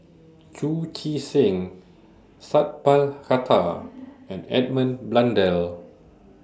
Chu Chee Seng Sat Pal Khattar and Edmund Blundell